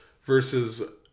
versus